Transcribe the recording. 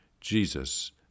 Jesus